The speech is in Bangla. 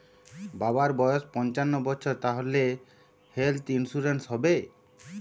বাবার বয়স পঞ্চান্ন বছর তাহলে হেল্থ ইন্সুরেন্স হবে?